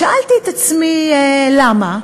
שאלתי את עצמי למה.